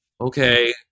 okay